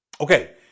Okay